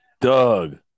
Doug